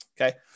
Okay